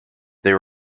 they